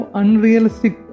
unrealistic